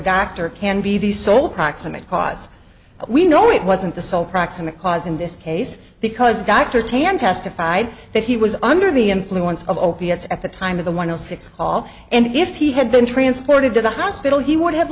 doctor can be the sole proximate cause we know it wasn't the sole proximate cause in this case because gawker t m testified that he was under the influence of opiates at the time of the one zero six call and if he had been transported to the hospital he would have